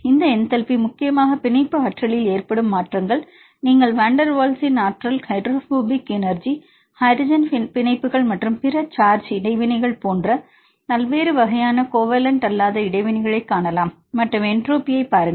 இந்த என்டல்பி முக்கியமாக பிணைப்பு ஆற்றலில் ஏற்படும் மாற்றங்கள் நீங்கள் வான் டெர் வால்ஸ் ஆற்றல் ஹைட்ரோபோபிக் எனர்ஜி ஹைட்ரஜன் பிணைப்புகள் மற்றும் பிற சார்ஜ் இடைவினைகள் போன்ற பல்வேறு வகையான கோவலன்ட் அல்லாத இடைவினைகளைக் காணலாம் மற்றும் என்ட்ரோபிக் பாருங்கள்